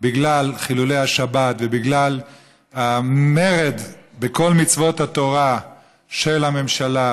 בגלל חילולי השבת ובגלל המרד בכל מצוות התורה של הממשלה,